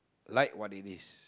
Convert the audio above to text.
like what it is